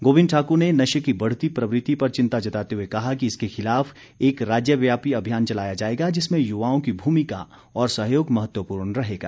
गोबिंद ठाकुर ने नशे की बढ़ती प्रवृति पर चिंता जताते हुए कहा कि इसके खिलाफ एक राज्य व्यापी अभियान चलाया जाएगा जिसमें युवाओं की भूमिका और सहयोग महत्वपूर्ण रहेगा